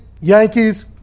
Yankees